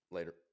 Later